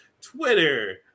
Twitter